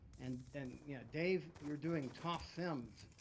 and and yeah dave, you're doing tof-sims.